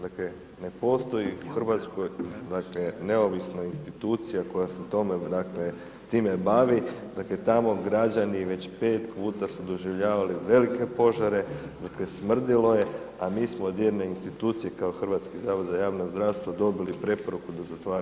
Dakle, ne postoji u RH, dakle, neovisna institucija, koja se tome, dakle, time bavi, dakle, tamo građani već pet puta su doživljavali velike požare, dakle, smrdilo je, a mi smo od jedne institucije kao Hrvatski zavod za javno zdravstvo dobili preporuku da zatvaramo prozor.